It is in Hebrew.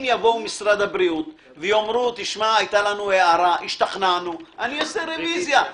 אם יבוא משרד הבריאות ויאמרו: השתכנענו אעשה רביזיה.